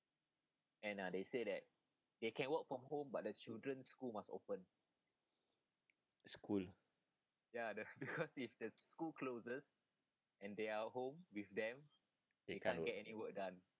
school can't work